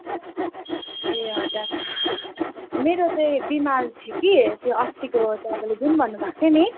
ए ए हजुर मेरो चाहिँ बिमार थियो कि त्यो अस्तिको तपाईँले जुन भन्नुभएको थियो नि